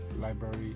library